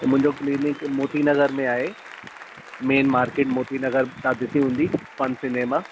त मुंहिंजो क्लीनिक मोती नगर में आहे मैन मार्केट मोती नगर तव्हां ॾिसी हूंदी फ़न सिनेमा